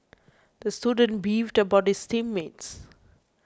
the student beefed about his team mates